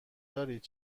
دارید